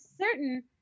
certain